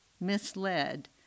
misled